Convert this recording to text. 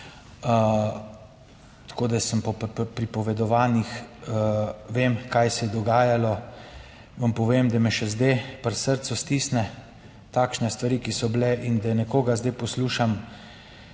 tako da sem, po pripovedovanjih vem, kaj se je dogajalo. Vam povem, da me še zdaj pri srcu stisne takšne stvari, ki so bile, in da nekoga zdaj poslušam